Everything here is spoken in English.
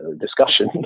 discussion